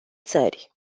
țări